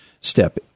step